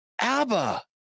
ABBA